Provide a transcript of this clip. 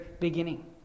beginning